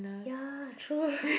ya true